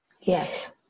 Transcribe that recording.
Yes